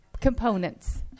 components